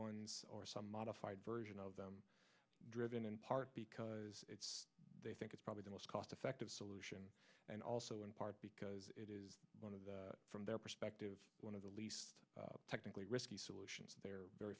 one or some modified version of them driven in part because they think it's probably the most cost effective solution and also in part because it is one of the from their perspective one of the least technically risky solutions they're very